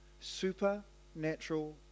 Supernatural